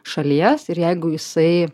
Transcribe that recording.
šalies ir jeigu jisai